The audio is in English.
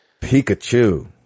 Pikachu